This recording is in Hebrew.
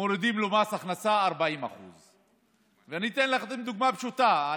מורידים מס הכנסה של 40%. אני אתן דוגמה פשוטה,